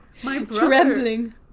trembling